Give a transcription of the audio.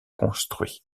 construits